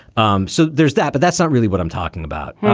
um so there's that. but that's not really what i'm talking about.